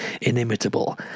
inimitable